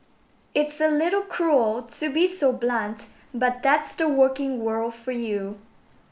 it's a little cruel to be so blunt but that's the working world for you